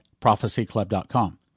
prophecyclub.com